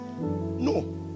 No